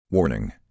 Warning